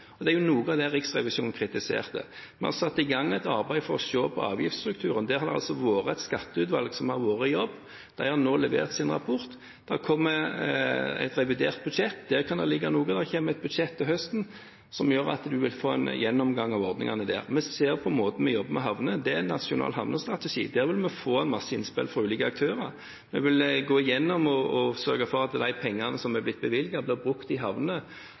og det var noe av det Riksrevisjonen kritiserte. Vi har satt i gang et arbeid for å se på avgiftsstrukturen, og der har et skatteutvalg vært i jobb. Utvalget har nå levert sin rapport. Det kommer et revidert budsjett, og der kan det ligge noe. Det kommer et budsjett til høsten, og da vil man få en gjennomgang av ordningene. Vi ser på måten vi jobber med havner på. Det er en nasjonal havnestrategi, og der vil vi få innspill fra ulike aktører. Vi vil gå gjennom og sørge for at de pengene som er blitt bevilget, blir brukt i havnene